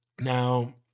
Now